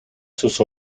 sus